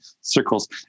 circles